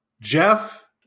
jeff